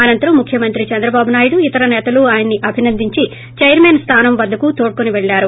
అనంతరం ముఖ్యమంత్రి ు సంగ్రబాబునాయుడు ఇతర నేతలు ఆయన్ను అభినందించి చైర్మన్ స్థానం వద్దకు తొడ్కొని పెళ్లారు